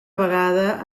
vegada